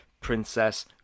princess